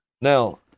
Now